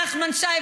נחמן שי,